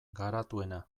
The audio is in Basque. garatuena